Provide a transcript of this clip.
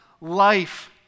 life